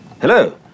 hello